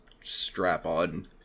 strap-on